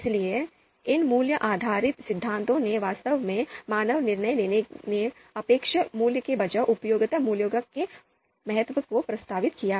इसलिए इन मूल्य आधारित सिद्धांतों ने वास्तव में मानव निर्णय लेने में अपेक्षित मूल्य के बजाय उपयोगिता मूल्य के महत्व को प्रस्तावित किया